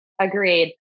Agreed